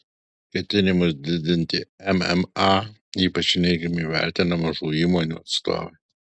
ketinimus didinti mma ypač neigiamai vertina mažų įmonių atstovai